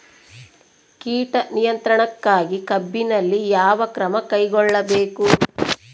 ಕೇಟ ನಿಯಂತ್ರಣಕ್ಕಾಗಿ ಕಬ್ಬಿನಲ್ಲಿ ಯಾವ ಕ್ರಮ ಕೈಗೊಳ್ಳಬೇಕು?